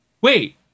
wait